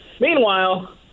Meanwhile